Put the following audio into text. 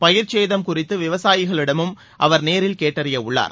பயிர்ச்சேதம் குறித்து விவசாயிகளிடமும் அவர் நேரில் கேட்டறிய உள்ளார்